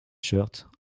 shirt